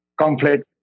conflict